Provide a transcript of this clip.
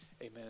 Amen